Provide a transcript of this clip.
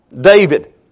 David